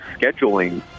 scheduling